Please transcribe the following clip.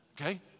okay